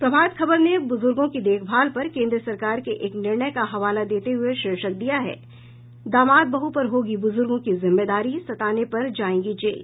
प्रभात खबर ने बुजुर्गों की देखभाल पर केन्द्र सरकार के एक निर्णय का हवाला देते हुए शीर्षक दिया है दामाद बहु पर होगी बुजुर्गों की जिम्मेदारी सताने पर जायेंगे जेल